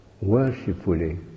worshipfully